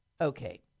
Okay